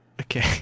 okay